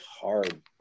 hard